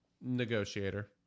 Negotiator